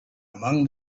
among